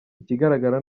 ikigaragara